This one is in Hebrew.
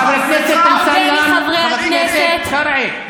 חבר הכנסת אמסלם, חבר הכנסת קרעי.